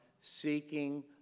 seeking